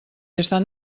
estan